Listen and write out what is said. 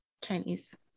Chinese